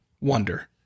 wonder